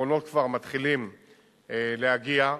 הקרונות כבר מתחילים להגיע.